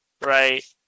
right